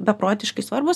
beprotiškai svarbūs